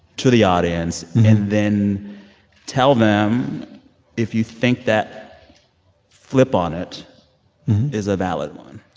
to the audience and then tell them if you think that flip on it is a valid one?